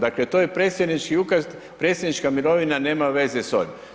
Dakle, to je predsjednički ukaz, predsjednička mirovina nema veze s ovim.